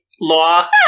law